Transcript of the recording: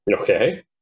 Okay